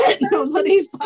nobody's